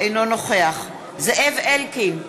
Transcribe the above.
אינו נוכח זאב אלקין,